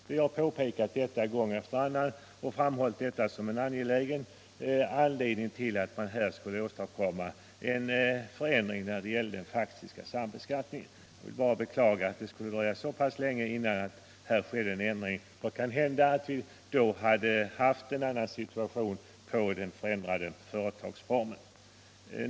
Vi har påpekat detta gång efter annan och framhållit det som angeläget att åstadkomma en förändring beträffande den faktiska sambeskattningen. Jag vill bara beklaga att det skulle dröja så länge innan det skedde en ändring. Det kan hända att vi annars hade haft en annan situation i fråga om den förändrade bolagsformen.